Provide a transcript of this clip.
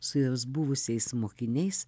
su jos buvusiais mokiniais